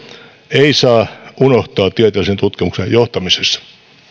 ei saa unohtaa tieteellisen tutkimuksen johtamisessa